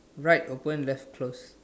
right open left close